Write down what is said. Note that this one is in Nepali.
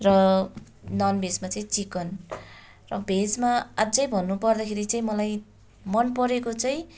र ननभेजमा चाहिँ चिकन र भेजमा अझ भन्नु पर्दाखेरि चाहिँ मलाई मन परेको चाहिँ